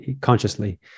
consciously